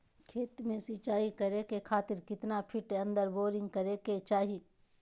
खेत में सिंचाई करे खातिर कितना फिट अंदर बोरिंग करे के चाही?